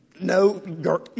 No